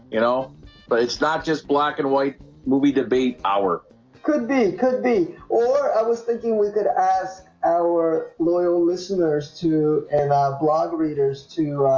you know but it's not just black and white movie debate. our could be could be or i was thinking with it as our loyal listeners to and blog readers to